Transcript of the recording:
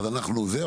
אז אנחנו נעשה את זה.